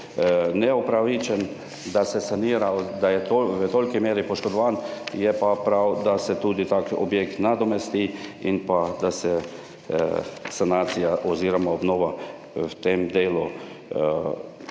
neupravičen, da se sanira, da je v toliki meri poškodovan, je pa prav, da se tudi tak objekt nadomesti in pa, da se sanacija oziroma obnova v tem delu ne